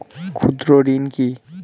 ক্ষুদ্র ঋণ কি?